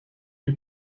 you